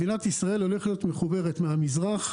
מדינת ישראל הולכת להיות מחוברת מהמזרח